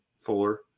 Fuller